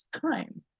time